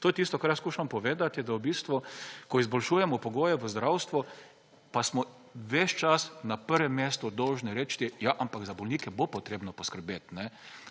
To je tisto, kar jaz skušam povedati, je, da v bistvu, ko izboljšujemo pogoje v zdravstvu, pa smo ves čas na prvem mestu dolžni reči, ja, ampak za bolnike bo potrebno poskrbeti.